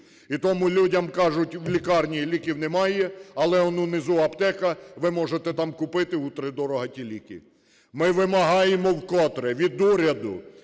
і тому людям кажуть в лікарні: "Ліків немає, але он внизу аптека, ви можете там купити втридорога ті ліки". Ми вимагаємо вкотре від уряду.